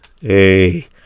Hey